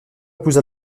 épousa